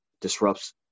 disrupts